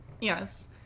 Yes